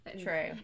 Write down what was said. True